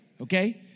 okay